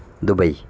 Dubai